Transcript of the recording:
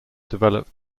developed